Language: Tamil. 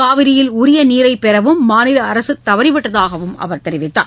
காவிரியில் உரிய நீரை பெறவும் மாநில அரசு தவறிவிட்டதாக அவர் தெரிவித்தார்